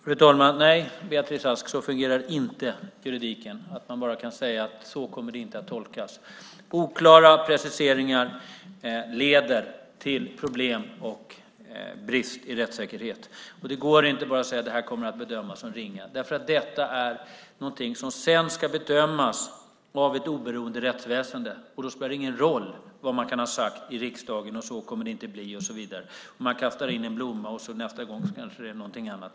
Fru talman! Nej, Beatrice Ask, så fungerar inte juridiken, att man bara kan säga: Så kommer det inte att tolkas. Oklara preciseringar leder till problem och brist i rättssäkerhet. Det går inte bara att säga att det här kommer att bedömas som ringa därför att detta är någonting som sedan ska bedömas av ett oberoende rättsväsende. Då spelar det ingen roll vad man kan ha sagt i riksdagen om att det inte kommer att bli så. Man kastar in en blomma, och nästa gång är det kanske någonting annat.